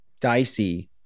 dicey